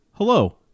Hello